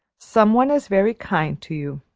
some one is very kind to you.